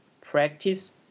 practice